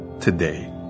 today